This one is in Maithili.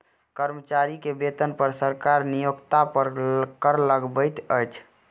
कर्मचारी के वेतन पर सरकार नियोक्ता पर कर लगबैत अछि